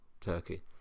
Turkey